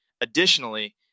Additionally